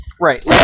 Right